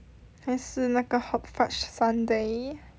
还是那个 hot fudge sundae